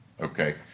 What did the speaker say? Okay